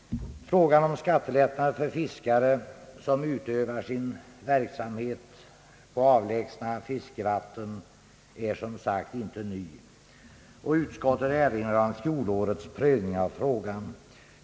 Frågan om skattelättnader för fiskare som utövar sin verksamhet på avlägsna fiskevatten är som sagt inte ny, och utskottet erinrar om fjolårets prövning av frågan.